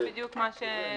זה בדיוק מה שגלעד אמר עכשיו.